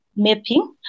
mapping